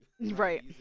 Right